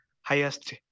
highest